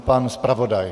Pan zpravodaj.